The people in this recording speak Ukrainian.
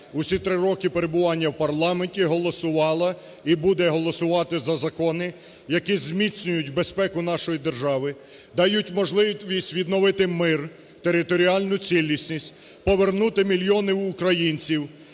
усі три роки перебування в парламенті, голосувала і буде голосувати за закони, які зміцнюють безпеку нашої держави, дають можливість відновити мир, територіальну цілісність, повернути мільйони українців